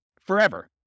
forever